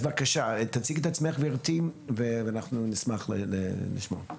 גברתי, תציגי את עצמך ונשמח לשמוע אותך.